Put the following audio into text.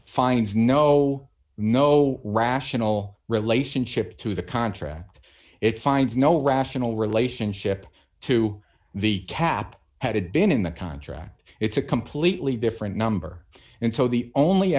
finds no no rational relationship to the contract it finds no rational relationship to the cap had been in the contract it's a completely different number and so the only